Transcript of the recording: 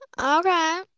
okay